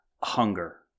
hunger